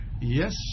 Yes